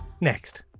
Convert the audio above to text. Next